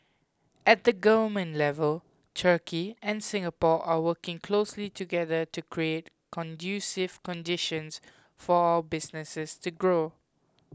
at the government level turkey and Singapore are working closely together to create conducive conditions for our businesses to grow